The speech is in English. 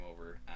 over